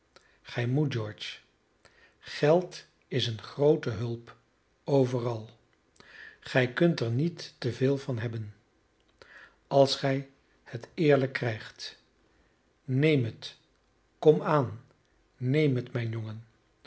gij moet george geld is een groote hulp overal gij kunt er niet te veel van hebben als gij het eerlijk krijgt neem het kom aan neem het mijn jongen